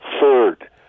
Third